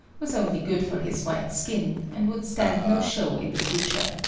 was only good for his white skin, and would stand no show in the future.